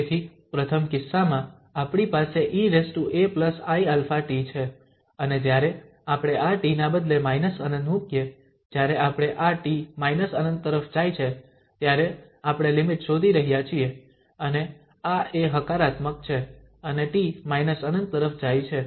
તેથી પ્રથમ કિસ્સામાં આપણી પાસે eaiαt છે અને જ્યારે આપણે આ t ના બદલે −∞ મૂકીએ જ્યારે આપણે આ t ∞ તરફ જાય છે ત્યારે આપણે લિમિટ શોધી રહ્યા છીએ અને આ a હકારાત્મક છે અને t ∞ તરફ જાય છે